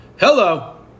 Hello